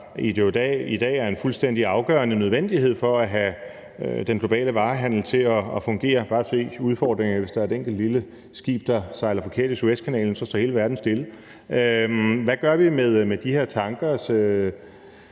i dag er en fuldstændig afgørende nødvendighed for at få den globale varehandel til at fungere. Bare se udfordringerne, hvis der er et enkelt lille skib, der sejler forkert i Suezkanalen: så står hele verden stille. Spørgsmålet er,